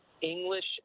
English